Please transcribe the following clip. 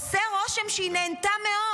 עושה רושם שהיא נהנתה מאוד.